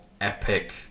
epic